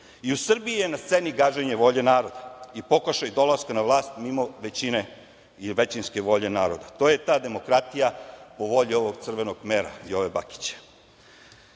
u Srbiji je na sceni gaženje volje naroda i pokušaj dolaska na vlast mimo većine ili većinske volje naroda. To je ta demokratija po volji ovog crvenog kmera Jove Bakića.